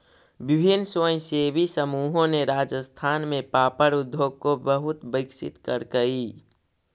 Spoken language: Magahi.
विभिन्न स्वयंसेवी समूहों ने राजस्थान में पापड़ उद्योग को बहुत विकसित करकई